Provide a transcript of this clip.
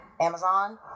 amazon